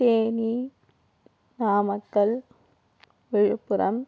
Theni Namakkal Villupuram